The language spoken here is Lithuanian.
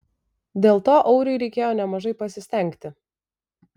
dėl to auriui reikėjo nemažai pasistengti